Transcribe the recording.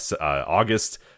August